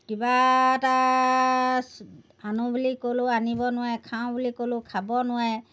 কিবা এটা আনো বুলি ক'লেও আনিব নোৱাৰে খাওঁ বুলি ক'লেও খাব নোৱাৰে